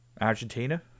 Argentina